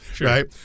right